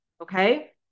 okay